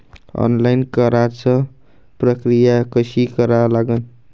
Online कराच प्रक्रिया कशी करा लागन?